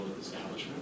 establishment